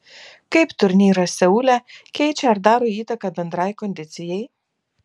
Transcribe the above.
kaip turnyras seule keičia ar daro įtaką bendrai kondicijai